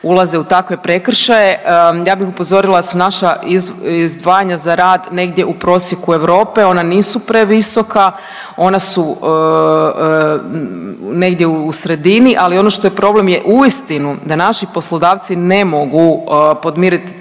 ulaze u takve prekršaje, ja bi upozorila da su naša izdvajanja za rad negdje u prosjeku Europe, ona nisu previsoka, ona su negdje u sredini, ali ono što je problem uistinu da naši poslodavci ne mogu podmirt